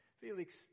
Felix